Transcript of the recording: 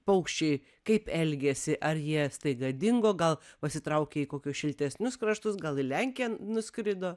paukščiai kaip elgiasi ar jie staiga dingo gal pasitraukė į kokius šiltesnius kraštus gal į lenkiją nuskrido